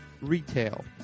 retail